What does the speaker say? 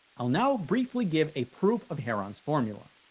i'll now briefly give a proof of heron's formula.